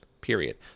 period